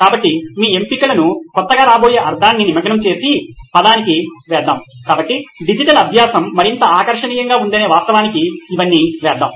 కాబట్టి మీ ఎంపికలను కొత్తగా రాబోయే అర్థాన్ని నిమగ్నం చేసే పదానికి వేద్దాం కాబట్టి డిజిటల్ అభ్యాసం మరింత ఆకర్షణీయంగా ఉందనే వాస్తవానికి ఇవన్నీ వేద్దాం